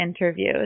interviews